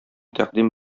тәкъдим